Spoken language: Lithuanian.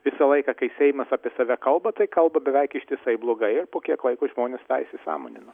visą laiką kai seimas apie save kalba tai kalba beveik ištisai blogai ir po kiek laiko žmonės tą įsisąmonino